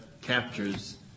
captures